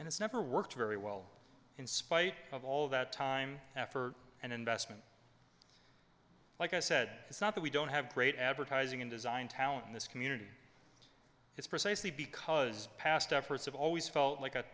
and it's never worked very well in spite of all that time effort and investment like i said it's not that we don't have great advertising and design talent in this community it's precisely because past efforts have always felt like a